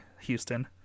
Houston